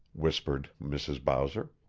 whispered mrs. bowser.